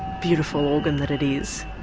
beautiful organ that it is.